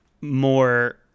more